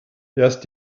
erst